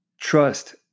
trust